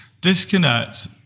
Disconnect